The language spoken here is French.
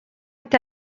est